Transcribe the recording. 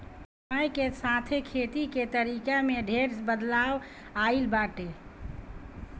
समय के साथे खेती के तरीका में ढेर बदलाव आइल बाटे